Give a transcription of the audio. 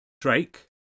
Drake